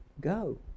go